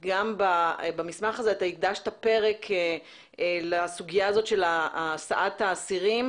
במסמך הזה אתה הקדשת פרק לסוגיה הזאת של הסעת האסירים